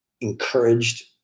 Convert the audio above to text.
encouraged